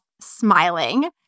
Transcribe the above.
smiling